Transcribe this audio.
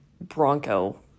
Bronco